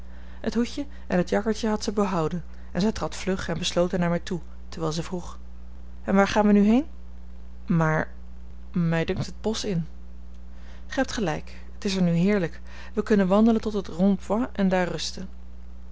het hoedje en het jackertje had zij behouden en zij trad vlug en besloten naar mij toe terwijl zij vroeg en waar gaan wij nu heen maar mij dunkt het bosch in gij hebt gelijk het is er nu heerlijk wij kunnen wandelen tot het rond point en daar rusten